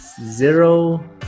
zero